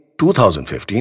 2015